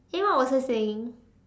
eh what was I saying